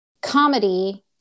comedy